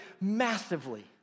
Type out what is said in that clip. massively